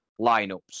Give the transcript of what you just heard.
lineups